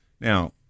Now